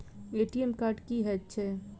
ATM card की हएत छै?